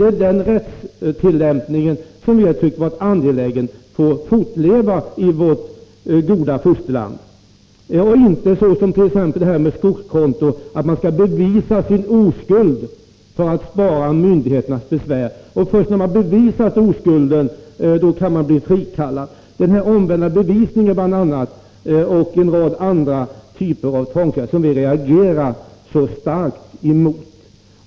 Vi har tyckt att det har varit angeläget att denna rättstillämpning får fortleva i vårt goda fosterland. Vi vill inte ha den ordningen — som gäller för t.ex. skogskontona — att man skall bevisa sin oskuld för att bespara myndigheterna besvär och att det är först sedan man bevisat sin oskuld som man kan bli frikallad. Det är bl.a. denna omvända bevisföring och en rad andra tvångsåtgärder som vi reagerar så starkt emot.